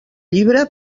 llibre